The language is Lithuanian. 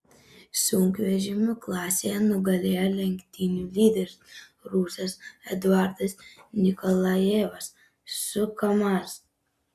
sunkvežimių klasėje nugalėjo lenktynių lyderis rusas eduardas nikolajevas su kamaz